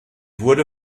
wurde